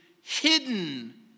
hidden